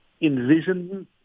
envision